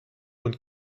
und